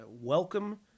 welcome